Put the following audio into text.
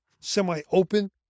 semi-open